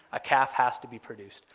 a calf has to be produced.